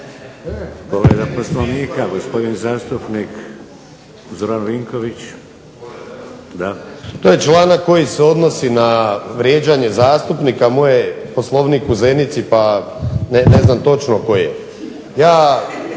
To je članak koji se odnosi na vrijeđanje zastupnika. Moj je Poslovnik u Zenici pa ne znam točno koji je.